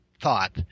thought